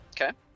Okay